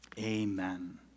Amen